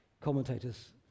commentators